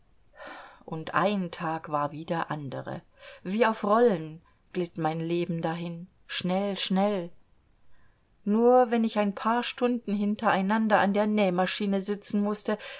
und ein tag war wie der andere wie auf rollen glitt mein leben dahin schnell schnell nur wenn ich ein paar stunden hinter einander an der nähmaschine sitzen mußte